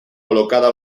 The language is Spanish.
colocada